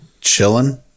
chilling